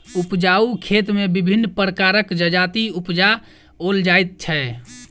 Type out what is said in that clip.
उपजाउ खेत मे विभिन्न प्रकारक जजाति उपजाओल जाइत छै